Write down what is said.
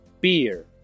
Beer